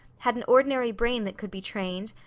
had an ordinary brain that could be trained,